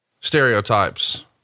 stereotypes